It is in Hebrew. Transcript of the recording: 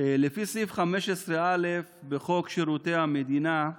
לפי סעיף 15א בחוק שירותי המדינה (מינויים),